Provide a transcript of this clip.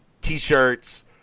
t-shirts